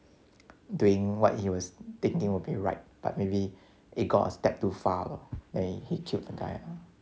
doing what he was thinking will be right but maybe it got a step too far lor then he killed the guy ah